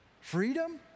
Freedom